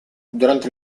durante